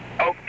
Okay